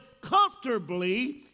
comfortably